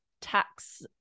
tax